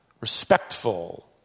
respectful